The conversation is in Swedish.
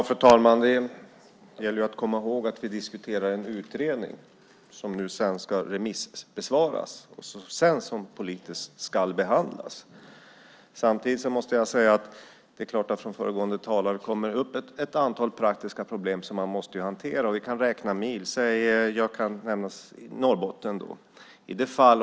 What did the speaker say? Fru talman! Det gäller att komma ihåg att vi diskuterar en utredning som ska remissbesvaras och sedan politiskt behandlas. Jag måste samtidigt säga att det från föregående talare kommer upp ett antal praktiska problem som vi måste hantera. Vi kan räkna mil. Jag kan ta Norrbotten som exempel.